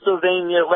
Pennsylvania